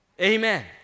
Amen